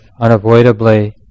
unavoidably